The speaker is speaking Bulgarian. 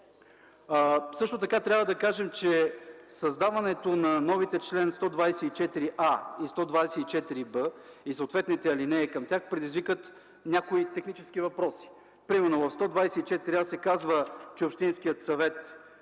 Също така трябва да кажем, че създаването на новите чл. 124а и чл. 124б и съответните алинеи към тях, предизвикват някои технически въпроси. Примерно в чл. 124а се казва, че Общинският съвет